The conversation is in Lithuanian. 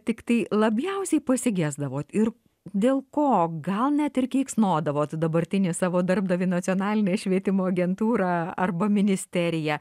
tiktai labjausiai pasigesdavot ir dėl ko gal net ir keiksnodavot dabartinį savo darbdavį nacionalinę švietimo agentūrą arba ministeriją